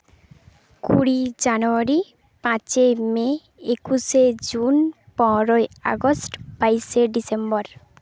ᱠᱩᱲᱤᱭ January ᱯᱟᱸᱪᱮᱭ May ᱮᱠᱩᱥᱮ June ᱯᱚᱱᱨᱚᱭ ᱟᱜᱚᱥᱴ ᱵᱟᱭᱤᱥᱮ ᱰᱤᱥᱮᱢᱵᱚᱨ